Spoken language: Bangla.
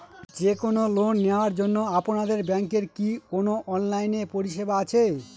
যে কোন লোন নেওয়ার জন্য আপনাদের ব্যাঙ্কের কি কোন অনলাইনে পরিষেবা আছে?